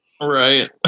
Right